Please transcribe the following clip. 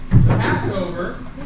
Passover